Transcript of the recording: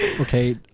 Okay